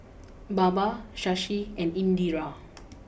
Baba Shashi and Indira